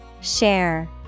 Share